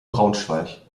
braunschweig